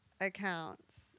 accounts